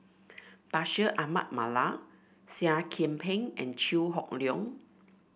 Bashir Ahmad Mallal Seah Kian Peng and Chew Hock Leong